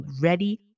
ready